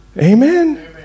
Amen